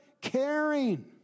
caring